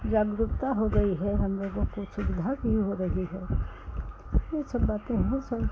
जागरूकता हो गई है हमलोगों को सुविधा भी हो रही है यह सब बातें हो सब